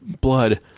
blood